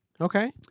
Okay